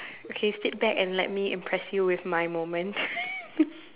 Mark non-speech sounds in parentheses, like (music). okay sit back and let me impress you with my moments (laughs)